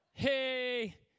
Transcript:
hey